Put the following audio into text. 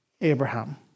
Abraham